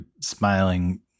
smiling